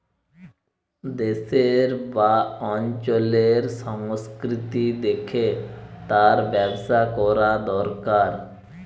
দেশের বা অঞ্চলের সংস্কৃতি দেখে তার ব্যবসা কোরা দোরকার